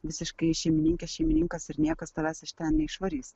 visiškai šeimininkė šeimininkas ir niekas tavęs iš ten neišvarys